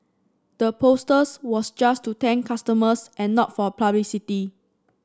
the posters was just to thank customers and not for publicity